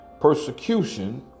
persecution